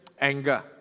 anger